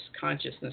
consciousness